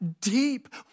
deep